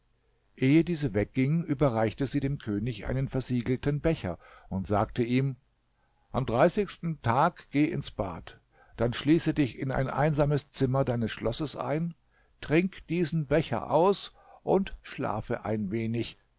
ehe diese wegging überreichte sie dem könig einen versiegelten becher und sagte ihm am dreißigsten tag geh ins bad dann schließe dich in ein einsames zimmer deines schlosses ein trink diesen becher aus und schlafe ein wenig